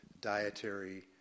dietary